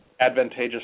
advantageous